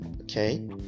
okay